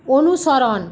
অনুসরণ